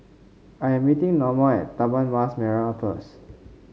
I'm meeting Norma at Taman Mas Merah first